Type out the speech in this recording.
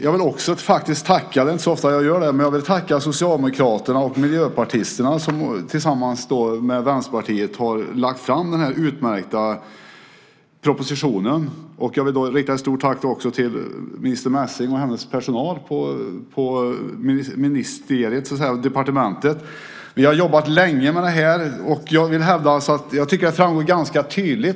Jag vill faktiskt också tacka - det är inte så ofta jag gör det - socialdemokraterna och miljöpartisterna som tillsammans med oss i Vänsterpartiet har lagt fram den här utmärkta propositionen. Jag vill också rikta ett stort tack till minister Messing och hennes personal på departementet. Vi har jobbat länge med propositionen.